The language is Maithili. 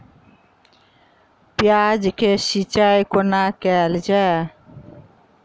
प्याज केँ सिचाई कोना कैल जाए?